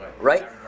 Right